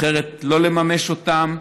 אחרת, לא לממש אותם.